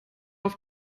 auf